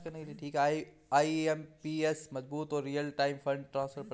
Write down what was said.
IMPS मजबूत और real time fund transfer प्रदान करता है